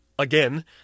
Again